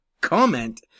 comment